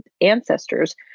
ancestors